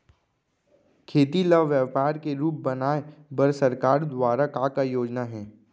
खेती ल व्यापार के रूप बनाये बर सरकार दुवारा का का योजना हे?